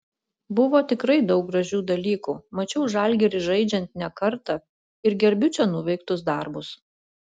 buvo tikrai daug gražių dalykų mačiau žalgirį žaidžiant ne kartą ir gerbiu čia nuveiktus darbus